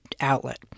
outlet